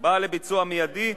בא לביצוע מיידי,